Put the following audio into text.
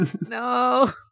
No